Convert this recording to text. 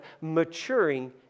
maturing